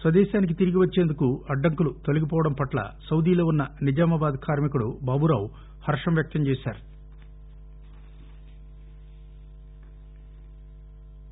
స్వదేశానికి తిరిగి వచ్చేందుకు అడ్డంకులు తొలిగి పోవడం పట్ల సాదీ లో వున్న నిజామాబాదు కార్మికుడు బాబూ రావు హర్షం వ్యక్తం చేశారు